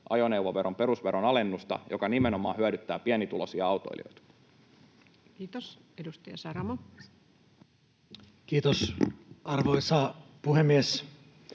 ajoneuvoveron perusveron alennusta, joka nimenomaan hyödyttää pienituloisia autoilijoita. [Speech 197] Speaker: Ensimmäinen varapuhemies